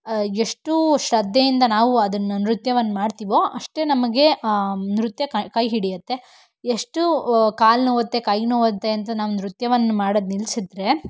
ಎಷ್ಟು ಶ್ರದ್ಧೆಯಿಂದ ನಾವು ಅದನ್ನು ನೃತ್ಯವನ್ನ ಮಾಡ್ತೀವೋ ಅಷ್ಟೇ ನಮಗೆ ನೃತ್ಯ ಕಾ ಕೈ ಹಿಡಿಯತ್ತೆ ಎಷ್ಟು ಕಾಲು ನೋಯುತ್ತೆ ಕೈ ನೋಯುತ್ತೆ ಅಂತ ನಾವು ನೃತ್ಯವನ್ನ ಮಾಡೋದು ನಿಲ್ಸಿದ್ರೆ